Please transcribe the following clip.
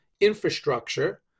infrastructure